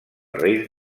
reis